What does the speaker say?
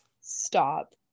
stop